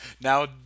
Now